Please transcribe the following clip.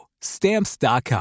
Stamps.com